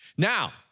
Now